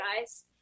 guys